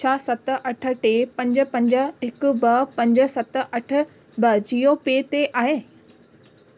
छा सत अठ टे पंज पंज हिकु ॿ पंज सत अठ ॿ जीओ पे ते आहे